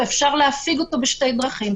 וניתן להפיגו בשתי דרכים: